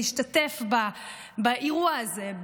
להשתתף באירוע הזה,